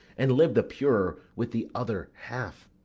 and live the purer with the other half.